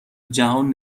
جهان